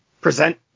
present